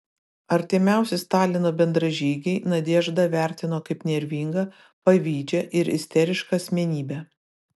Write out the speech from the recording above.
artimiausi stalino bendražygiai nadeždą vertino kaip nervingą pavydžią ir isterišką asmenybę